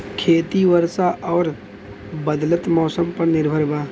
खेती वर्षा और बदलत मौसम पर निर्भर बा